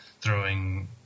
throwing